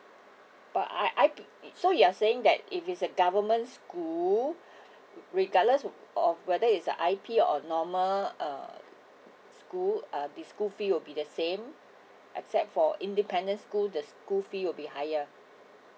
but I I so you're saying that if it's a government school regardless of whether is a I_P or normal uh school uh the school fee would be the same except for independent school the school fee will be higher